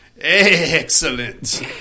Excellent